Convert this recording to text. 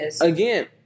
Again